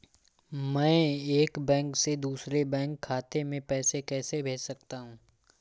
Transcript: मैं एक बैंक से दूसरे बैंक खाते में पैसे कैसे भेज सकता हूँ?